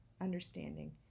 understanding